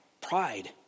pride